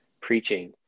preaching